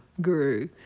guru